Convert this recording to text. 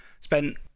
Spent